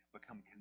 become